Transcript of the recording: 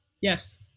Yes